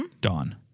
Dawn